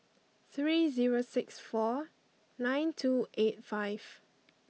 three zero six four nine two eight five